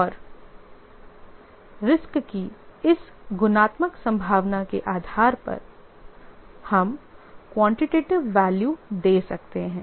और रिस्क की इस गुणात्मक संभावना के आधार पर हम क्वांटिटीव वैल्यू दे सकते हैं